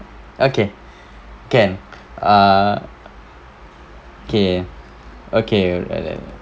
yup okay can uh okay okay like that